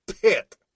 pit